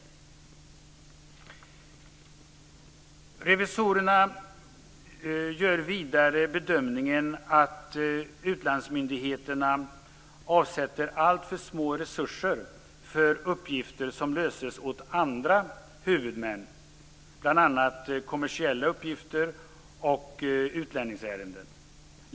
Revisorerna gör vidare bedömningen att utlandsmyndigheterna avsätter alltför små resurser för uppgifter som löses åt andra huvudmän, bl.a. kommersiella uppgifter och utlänningsärenden.